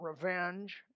revenge